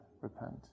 repent